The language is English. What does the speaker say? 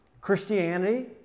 Christianity